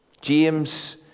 James